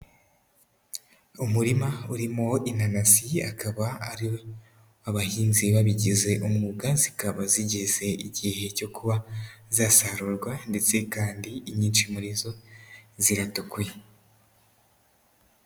Umurima urimo inanasi, akaba ari abahinzi babigize umwuga, zikaba zigeze igihe cyo kuba zisarurwa ndetse kandi inyinshi muri zo ziratukuye.